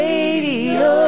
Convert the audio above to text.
Radio